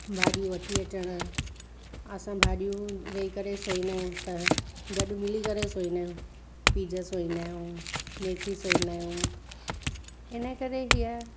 भाॼियूं वठी अचणु असां भाॼियूं वेई करे सोईंदा आहियूं त गॾु मिली करे सोईंदा आहियूं पीज़ सोईंदा आहियूं मेथी सोईंदा आहियूं इन करे हीअं